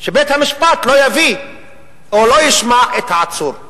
שבית-המשפט לא יביא או לא ישמע את העצור.